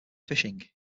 fishing